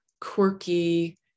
quirky